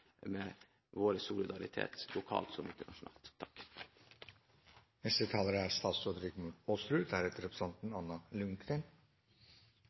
med vår solidaritet – lokalt, så vel som internasjonalt.